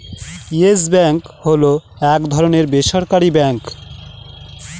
yes Bank হল এক বেসরকারি ব্যাঙ্ক